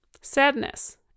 sadness